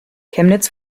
chemnitz